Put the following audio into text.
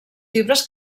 fibres